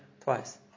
twice